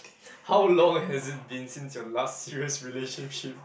how long has it been since your last serious relationship